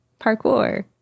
Parkour